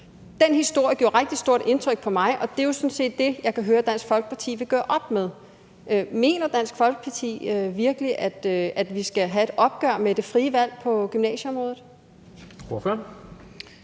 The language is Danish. Den historie gjorde rigtig stort indtryk på mig, og det er sådan set det, jeg kan høre Dansk Folkeparti vil gøre op med. Mener Dansk Folkeparti virkelig, at vi skal have et opgør med det frie valg på gymnasieområdet?